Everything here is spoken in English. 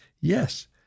yes